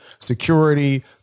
security